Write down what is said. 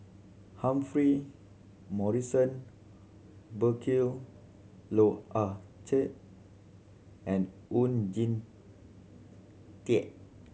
Humphrey Morrison Burkill Loh Ah Chee and Oon Jin Teik